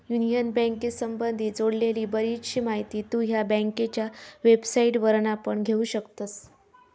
union बँकेसंबधी जोडलेली बरीचशी माहिती तु ह्या बँकेच्या वेबसाईटवरना पण घेउ शकतस